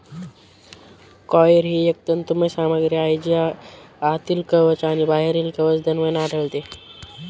coir ही एक तंतुमय सामग्री आहे जी आतील कवच आणि बाहेरील कवच दरम्यान आढळते